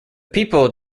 people